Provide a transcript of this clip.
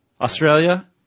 Australia